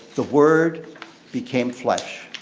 the word became flesh.